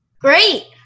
Great